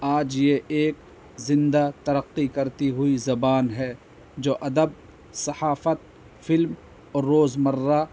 آج یہ ایک زندہ ترقی کرتی ہوئی زبان ہے جو ادب صحافت فلم اور روز مرہ